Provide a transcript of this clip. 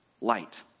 light